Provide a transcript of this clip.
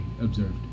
observed